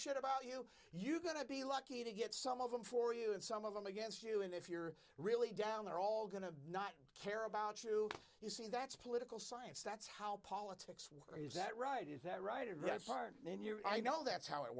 shit about eight you you're going to be lucky to get some of them for you and some of them against you and if you're really down they're all going to not care about you you see that's political science that's how politics work is that right is that right it gets hard on your i know that's how it